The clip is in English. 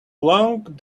long